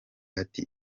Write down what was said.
ati